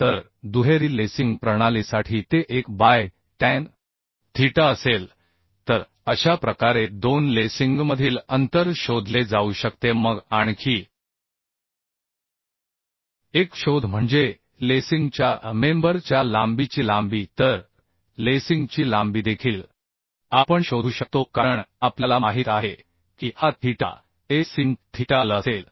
तर दुहेरी लेसिंग प्रणालीसाठी ते एक बाय टॅन थीटा असेल तर अशा प्रकारे दोन लेसिंगमधील अंतर शोधले जाऊ शकते मग आणखी एक शोध म्हणजे लेसिंगच्या मेंबर च्या लांबीची लांबी तर लेसिंगची लांबी देखील आपण शोधू शकतो कारण आपल्याला माहित आहे की हा theta a sin theta l असेल